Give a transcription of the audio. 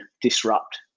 disrupt